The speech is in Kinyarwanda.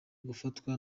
gufatwa